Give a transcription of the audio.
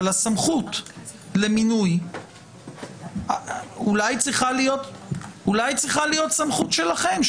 אבל הסמכות למינוי אולי צריכה להיות סמכות שלכם,